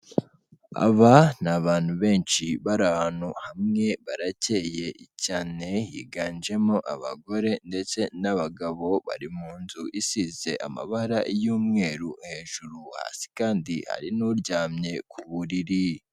Aba ni abantu benshi, bari ahantu hamwe, barakeye cyane, higanjemo abagore ndetse n'abagabo, bari mu nzu isize amabara y'umweru hejuru, hasi kandi hari n'uryamye ku buriri.